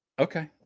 Okay